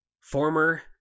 former